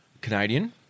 Canadian